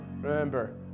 Remember